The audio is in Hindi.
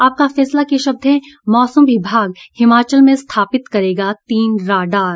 आपका फैसला के शब्द हैं मौसम विभाग हिमाचल में स्थापित करेगा तीन रडार